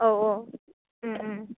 औ औ